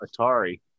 Atari